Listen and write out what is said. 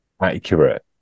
accurate